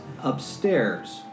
upstairs